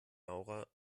maurer